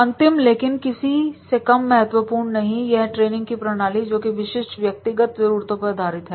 अंतिम लेकिन किसी से कम महत्वपूर्ण नहीं है यह ट्रेनिंग की प्रणाली जोकि विशिष्ट व्यक्तिगत जरूरतों पर आधारित है